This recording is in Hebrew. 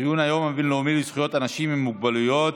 ציון היום הבין-לאומי לזכויות אנשים עם מוגבלויות,